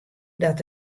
dat